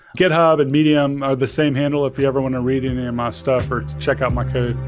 github and medium are the same handle, if everyone are reading in my stuff, or check out my code